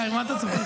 יאיר, מה אתה צוחק?